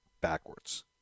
backwards